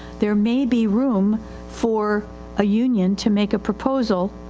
there may be room for a union to make a proposal,